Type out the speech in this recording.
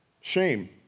Shame